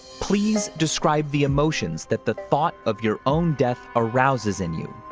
please describe the emotions that the thought of your own death arouses in you.